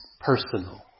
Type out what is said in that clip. personal